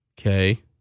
Okay